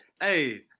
Hey